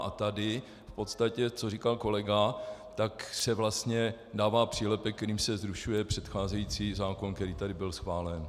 A tady v podstatě, co říkal kolega, se vlastně dává přílepek, kterým se zrušuje předcházející zákon, který tady byl schválen.